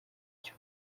cyo